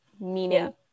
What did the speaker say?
meaning